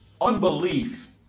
Unbelief